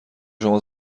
شما